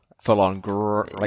full-on